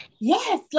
Yes